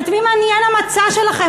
את מי מעניין המצע שלכם?